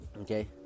Okay